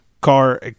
car